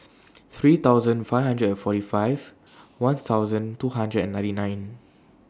three thousand five hundred and forty five one thousand two hundred and ninety nine